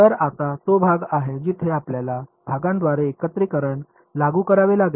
तर आता तो भाग आहे जिथे आपल्याला भागांद्वारे एकीकरण लागू करावे लागेल